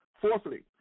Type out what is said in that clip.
Fourthly